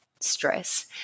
stress